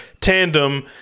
tandem